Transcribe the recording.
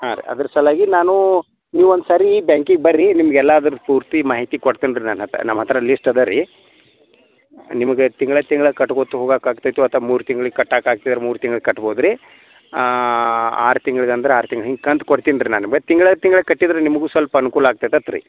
ಹಾಂ ರೀ ಅದ್ರ ಸಲ್ವಾಗಿ ನಾನು ನೀವು ಒಂದು ಸಾರಿ ಬ್ಯಾಂಕಿಗೆ ಬನ್ರಿ ನಿಮ್ಗೆ ಎಲ್ಲ ಅದ್ರದ್ದು ಪೂರ್ತಿ ಮಾಹಿತಿ ಕೊಡ್ತೇನೆ ರೀ ನನ್ನ ಹತ್ತಿರ ನಮ್ಮ ಹತ್ತಿರ ಲೀಸ್ಟ್ ಇದೆ ರೀ ನಿಮ್ಗೆ ತಿಂಗ್ಳು ತಿಂಗ್ಳು ಕಟ್ಕೋತ ಹೋಗಕ್ಕೆ ಆಗ್ತದೊ ಅಥವಾ ಮೂರು ತಿಂಗ್ಳಿಗೆ ಕಟ್ಟಕ್ಕೆ ಆಗ್ತಿದ್ರೆ ಮೂರು ತಿಂಗ್ಳಿಗೆ ಕಟ್ಬೋದು ರೀ ಆರು ತಿಂಗ್ಳಿಗೆ ಅಂದ್ರೆ ಆರು ತಿಂಗ್ಳು ಹಿಂಗೆ ಕಂತು ಕೊಡ್ತೀನಿ ರೀ ನಾನು ಮತ್ತು ತಿಂಗ್ಳು ತಿಂಗ್ಳು ಕಟ್ಟಿದ್ರೂ ನಿಮಗೂ ಸ್ವಲ್ಪ ಅನುಕೂಲ ಆಗ್ತೈತಾತ್ ರೀ